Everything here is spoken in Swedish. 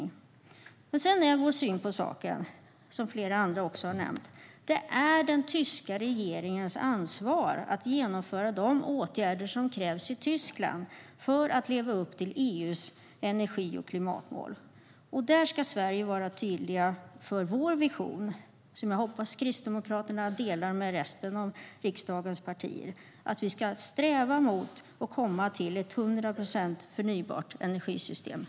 Men sedan är vår syn på saken - och det är något även andra tagit upp i debatten - att det är den tyska regeringens ansvar att genomföra de åtgärder som krävs i Tyskland för att leva upp till EU:s energi och klimatmål. Där ska Sverige vara tydligt med visionen om att sträva mot ett 100 procent förnybart energisystem. Den visionen hoppas jag att riksdagens övriga partier delar med Kristdemokraterna.